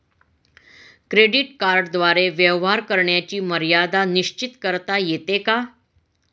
Credit कार्डद्वारे व्यवहार करण्याची मर्यादा निश्चित करता येते का?